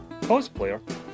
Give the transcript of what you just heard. cosplayer